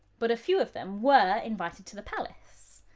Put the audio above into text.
but a few of them were invited to the palace.